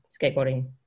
skateboarding